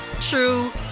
true